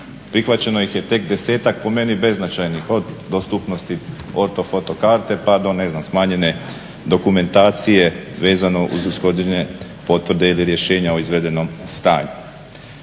Prihvaćeno ih je tek desetak, po meni beznačajnih. Od dostupnosti ortofoto karte, pa do ne znam, smanjene dokumentacije vezano uz ishođenje potvrde ili rješenja o izvedenom stanju.